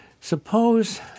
Suppose